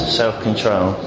self-control